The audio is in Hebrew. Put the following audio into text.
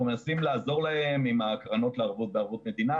אנחנו מנסים לעזור להם עם הקרנות לערבות בערבות מדינה